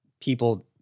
people